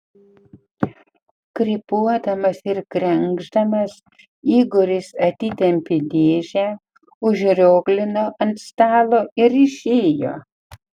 krypuodamas ir krenkšdamas igoris atitempė dėžę užrioglino ant stalo ir išėjo